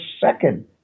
second